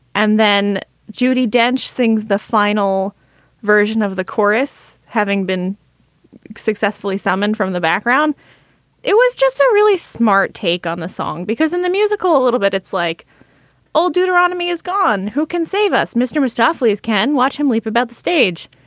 and then judi dench sings the final version of the chorus, having been successfully summoned from the background it was just a really smart take on the song because in the musical a little bit, it's like old deuteronomy is gone. who can save us? mr. starfleet's can watch him leap about the stage.